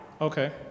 Okay